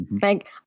thank